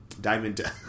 Diamond